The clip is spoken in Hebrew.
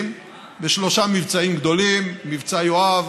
בשלושה מבצעים גדולים: מבצע יואב,